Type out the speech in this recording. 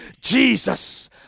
Jesus